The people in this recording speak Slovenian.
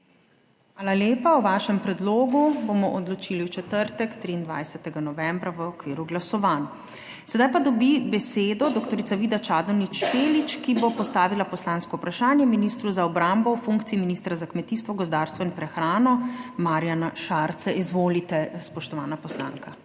Hvala lepa. O vašem predlogu bomo odločili v četrtek, 23. novembra, v okviru glasovanj. Sedaj pa dobi besedo dr. Vida Čadonič Špelič, ki bo postavila poslansko vprašanje ministru za obrambo v funkciji ministra za kmetijstvo, gozdarstvo in prehrano Marjanu Šarcu. Izvolite, spoštovana poslanka.